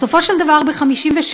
בסופו של דבר, ב-1956